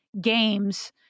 games